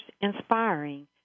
inspiring